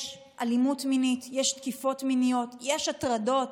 יש אלימות מינית, יש תקיפות מיניות, יש הטרדות.